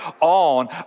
on